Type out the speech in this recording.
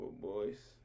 boys